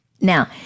Now